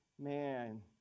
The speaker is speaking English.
man